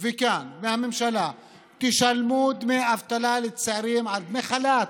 וכאן מהממשלה: תשלמו דמי אבטלה לצעירים, דמי חל"ת.